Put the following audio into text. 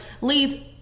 leave